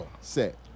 set